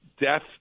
death